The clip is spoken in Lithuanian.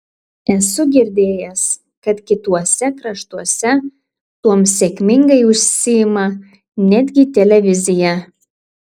esu girdėjęs kad kituose kraštuose tuom sėkmingai užsiima netgi televizija